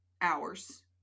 hours